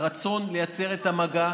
הרצון לייצר את המגע,